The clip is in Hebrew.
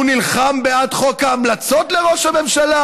הוא נלחם בעד חוק ההמלצות לראש הממשלה.